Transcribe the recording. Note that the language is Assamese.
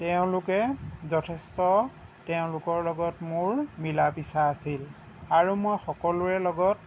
তেওঁলোকে যথেষ্ট তেওঁলোকৰ লগত মোৰ মিলা মিচা আছিল আৰু মই সকলোৰে লগত